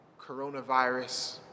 coronavirus